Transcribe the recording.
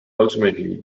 ultimately